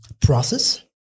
process